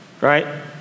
right